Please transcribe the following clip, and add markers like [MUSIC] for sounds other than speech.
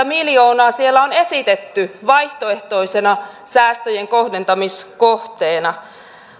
[UNINTELLIGIBLE] miljoonaa siellä on esitetty vaihtoehtoisena säästöjen kohdentamiskohteena